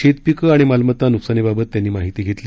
शेतपिक आणि मालमत्ता नुकसानीबाबत त्यांनी माहिती घेतली